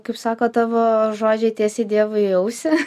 kaip sako tavo žodžiai tiesiai dievui į ausį